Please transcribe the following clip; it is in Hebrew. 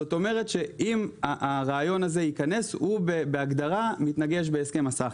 זאת אומרת שאם הרעיון הזה ייכנס הוא בהגדרה מתנגש בהסכם הסחר.